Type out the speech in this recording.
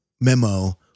memo